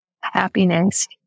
happiness